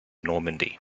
normandy